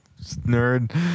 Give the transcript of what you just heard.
nerd